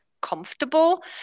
comfortable